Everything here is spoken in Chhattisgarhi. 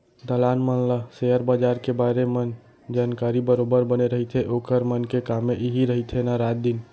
दलाल मन ल सेयर बजार के बारे मन जानकारी बरोबर बने रहिथे ओखर मन के कामे इही रहिथे ना रात दिन